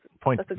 point